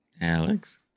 Alex